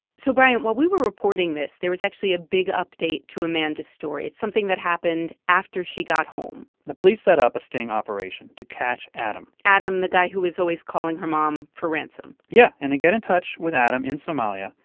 so bryant, while we were reporting this, there was actually a big update to amanda's story. it's something that happened after she got home the police set up a sting operation to catch adam adam, the guy who was always calling her mom for ransom yeah. and they get in touch with adam in somalia.